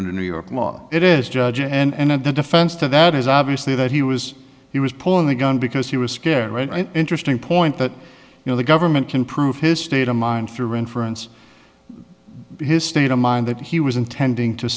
under new york law it is judge and the defense to that is obviously that he was he was pulling the gun because he was scared right interesting point that you know the government can prove his state of mind through inference his state of mind that he was intending to